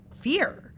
fear